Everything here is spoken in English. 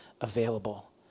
available